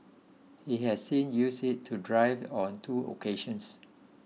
he has since used it to drive on two occasions